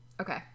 okay